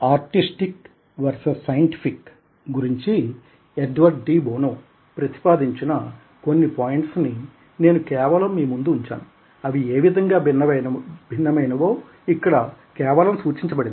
artistic versus scientific గురించి Edward de Bono ప్రతిపాదించిన కొన్ని పోయింట్స్ ని నేను కేవలం మీ ముందు ఉంచాను అవి ఏ విధంగా భిన్నమైనవో ఇక్కడ కేవలం సూచించబడింది